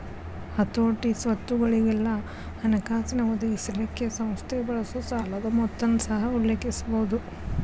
ಹತೋಟಿ, ಸ್ವತ್ತುಗೊಳಿಗೆಲ್ಲಾ ಹಣಕಾಸಿನ್ ಒದಗಿಸಲಿಕ್ಕೆ ಸಂಸ್ಥೆ ಬಳಸೊ ಸಾಲದ್ ಮೊತ್ತನ ಸಹ ಉಲ್ಲೇಖಿಸಬಹುದು